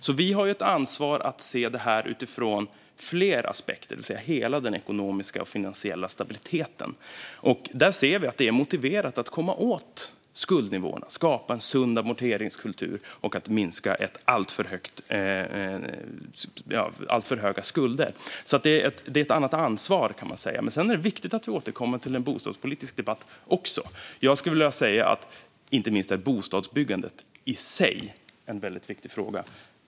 Vi har alltså ett ansvar att se detta utifrån fler aspekter; det handlar om hela den ekonomiska och finansiella stabiliteten. Vi ser att det är motiverat att komma åt skuldnivåerna - skapa en sund amorteringskultur och minska alltför höga skulder. Detta är ett annat ansvar, kan man säga. Sedan är det viktigt att vi också återkommer till en bostadspolitisk debatt. Inte minst bostadsbyggandet i sig är en väldigt viktig fråga.